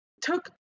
took